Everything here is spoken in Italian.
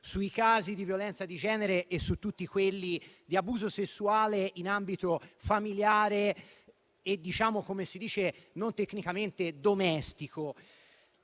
sui casi di violenza di genere e su tutti quelli di abuso sessuale in ambito familiare e - come si dice, non tecnicamente - domestico.